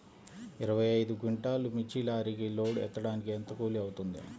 ఇరవై ఐదు క్వింటాల్లు మిర్చి లారీకి లోడ్ ఎత్తడానికి ఎంత కూలి అవుతుంది?